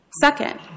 Second